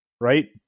right